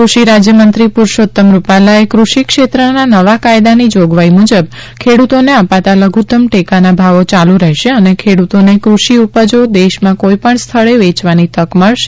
કૃષિ રાજ્યમંત્રી પુરૂષોત્તમ રૂપાલાએ કૃષિ ક્ષેત્રના નવા કાયદાની જોગવાઇ મુજબ ખેડૂતોને અપાતા લધુત્તમ ટેકાના ભાવો ચાલુ રહેશે અને ખેડૂતોને ક્રષિ ઉપજો દેશમાં કોઇપણ સ્થળે વેચવાની તક મળશે